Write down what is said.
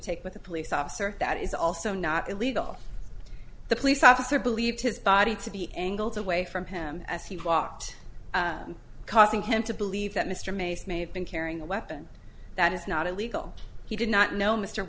take with a police officer that is also not illegal the police officer believed his body to be angled away from him as he walked in causing him to believe that mr mason may have been carrying a weapon that is not illegal he did not know mr